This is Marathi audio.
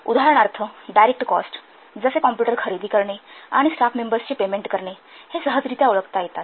उदाहरणार्थ डायरेक्ट कॉस्ट जसे कॉम्प्युटर खरेदी करणे आणि स्टाफ मेंबर्सचे पेमेंट करणे हे सहजरित्या ओळखता येतात